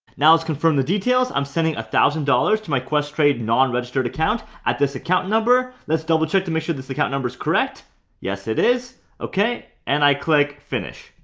now let's confirm the details i'm sending a thousand dollars to my questrade non-registered account at this account number let's double check to make sure this account number is correct yes it is okay and i click finish